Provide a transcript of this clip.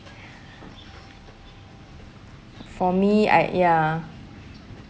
for me I ya